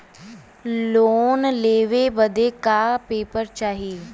Loan लेवे बदे का का पेपर चाही?